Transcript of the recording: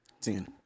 Ten